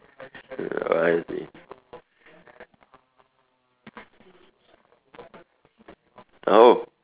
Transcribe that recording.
ah I see oh